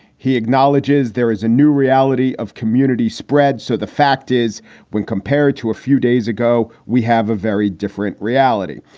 he acknowledges there is a new reality of community spread. so the fact is, when compared to a few days ago, we have a very different reality.